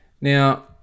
Now